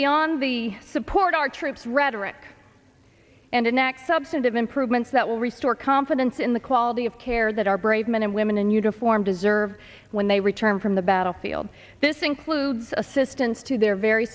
beyond the support our troops rhetoric and enact substantive improvements that will restore confidence in the quality of care that our brave men and women in uniform deserve when they return from the battlefield this includes assistance to their very